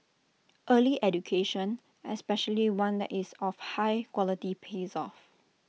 early education especially one that is of high quality pays off